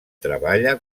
treballa